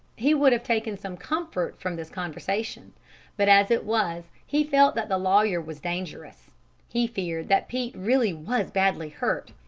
he would have taken some comfort from this conversation but as it was he felt that the lawyer was dangerous he feared that pete really was badly hurt.